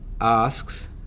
asks